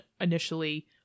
initially